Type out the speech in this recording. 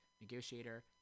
negotiator